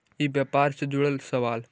ई व्यापार से जुड़ल सवाल?